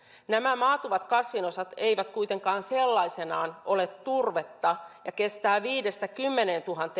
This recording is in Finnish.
nämä maatuvat kasvinosat eivät kuitenkaan sellaisenaan ole turvetta ja kestää viisituhatta viiva kymmenentuhatta